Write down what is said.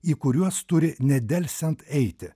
į kuriuos turi nedelsiant eiti